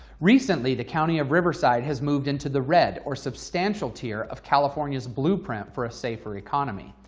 recently, the county of riverside has moved into the red or substantial tier of california's blueprint for a safer economy.